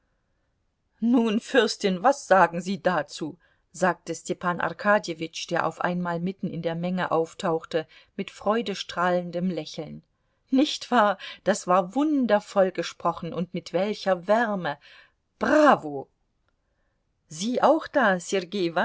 nun fürstin was sagen sie dazu sagte stepan arkadjewitsch der auf einmal mitten in der menge auftauchte mit freudestrahlendem lächeln nicht wahr das war wundervoll gesprochen und mit welcher wärme bravo sie auch da